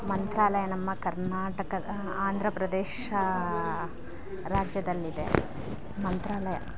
ಮಂತ್ರಾಲಯ ನಮ್ಮ ಕರ್ನಾಟಕದ ಆಂಧ್ರಪ್ರದೇಶ ರಾಜ್ಯದಲ್ಲಿದೆ ಮಂತ್ರಾಲಯ